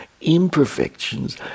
imperfections